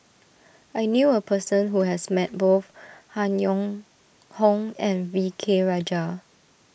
I knew a person who has met both Han Yong Hong and V K Rajah